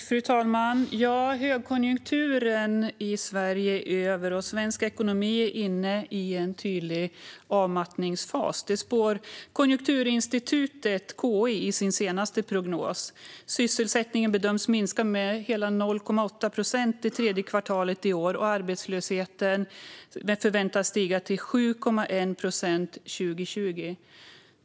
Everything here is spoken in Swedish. Fru talman! Högkonjunkturen i Sverige är över, och svensk ekonomi är inne i en tydlig avmattningsfas. Det spår Konjunkturinstitutet, KI, i sin senaste prognos. Sysselsättningen bedöms minska med hela 0,8 procent det tredje kvartalet i år, och arbetslösheten förväntas stiga till 7,1 procent 2020.